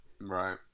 Right